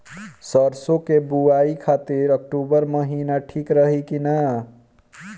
सरसों की बुवाई खाती अक्टूबर महीना ठीक रही की ना?